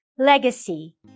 Legacy